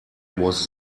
was